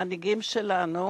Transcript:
למנהיגים שלנו